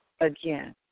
Again